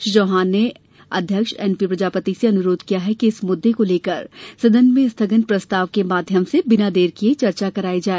श्री चौहान ने अध्यक्ष N P Prajapati से अनुरोध किया कि इस मुद्दे को लेकर सदन में स्थगन प्रस्ताव के माध्यम से बिना देर किए चर्चा कराई जाए